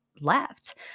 left